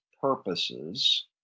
purposes